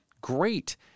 great